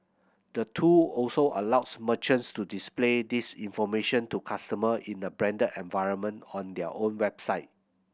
the tool also allows merchants to display this information to customer in the branded environment on their own website